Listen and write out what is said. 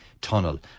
tunnel